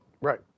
Right